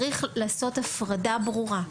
צריך לעשות הפרדה ברורה.